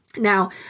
Now